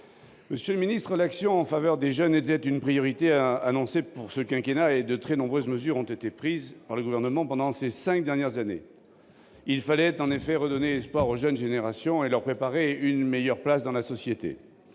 Monsieur le ministre, l'action en faveur des jeunes était une priorité annoncée pour ce quinquennat, et de très nombreuses mesures ont été prises par le Gouvernement pendant ces cinq dernières années. Il fallait redonner espoir aux jeunes générations et leur préparer une meilleure place dans la société.